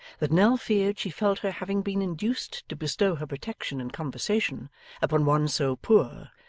that nell feared she felt her having been induced to bestow her protection and conversation upon one so poor,